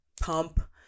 pump